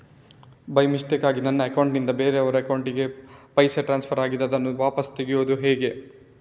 By ಮಿಸ್ಟೇಕಾಗಿ ನನ್ನ account ನಿಂದ ಬೇರೆಯವರ ಅಕೌಂಟ್ ಗೆ ಪೈಸೆ ಟ್ರಾನ್ಸ್ಫರ್ ಆಗಿದೆ ಅದನ್ನು ವಾಪಸ್ ತೆಗೆಯೂದು ಹೇಗೆ?